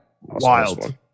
Wild